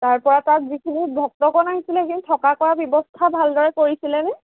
তাৰ পৰা তাত যিখিনি ভক্তগণ আহিছিলে সেই থকা কৰা ভাল ব্যৱস্থা ভালদৰে কৰিছিলে নে